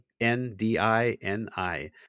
N-D-I-N-I